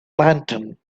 lantern